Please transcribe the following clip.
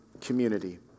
community